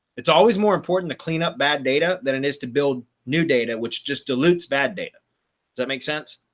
it's always more important to clean up bad data than it is to build new data, which just dilutes bad data. does that make sense?